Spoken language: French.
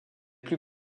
plus